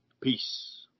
Peace